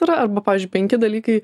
yra arba pavyzdžiui penki dalykai